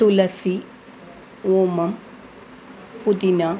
तुलसी ओमं पुदिना